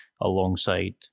alongside